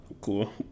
cool